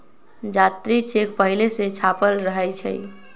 जात्री चेक पहिले से छापल रहै छइ